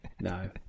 no